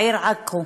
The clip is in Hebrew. העיר עכו,